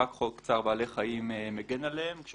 רק חוק צער בעלי חיים מגן עליהן כאשר